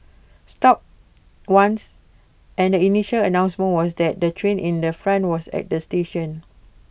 stopped once and the initial announcement was that the train in the front was at the station